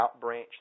outbranch